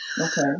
okay